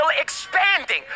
expanding